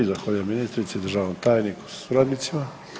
Zahvaljujem ministrici, državnom tajniku sa suradnicima.